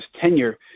tenure